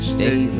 Stay